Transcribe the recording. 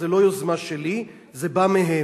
זה לא יוזמה שלי, זה בא מהם.